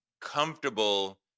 comfortable